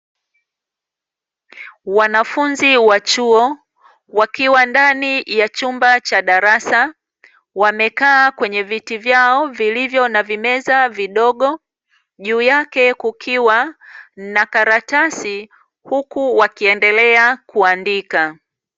Wanafunzi wa chuo wakiwa ndani ya chumba cha darasa wamekaa kwenye viti vyao vilivyo na vimeza vidogo juu yake kukiwa na karatasi huku wakiendelwa kuandika.